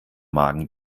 magen